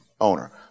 owner